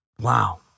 Wow